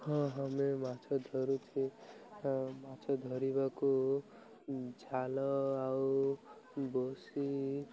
ହଁ ଆମେ ମାଛ ଧରୁଛୁ ମାଛ ଧରିବାକୁ ଝାଲ ଆଉ ବସି